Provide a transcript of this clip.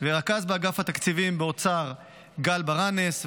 לרכז באגף התקציבים באוצר גל ברנס,